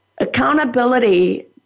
Accountability